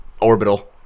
orbital